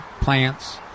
plants